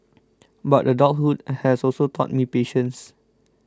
but adulthood has also taught me patience